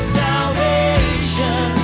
salvation